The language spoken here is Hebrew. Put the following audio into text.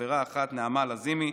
חברה אחת, נעמה לזימי.